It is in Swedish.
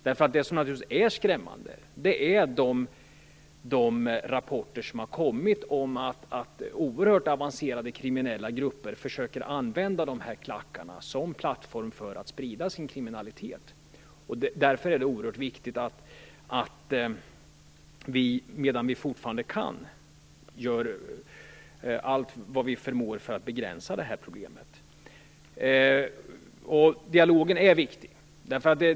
Det som är skrämmande är de rapporter som har kommit om att oerhört avancerade kriminella grupper försöker använda de här hejarklackarna som plattform för att sprida sin kriminalitet. Därför är det oerhört viktigt att vi medan vi fortfarande kan gör allt vad vi förmår för att begränsa det här problemet. Dialogen är viktig.